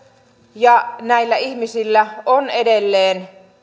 ja näillä ihmisillä on edelleen